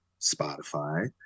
Spotify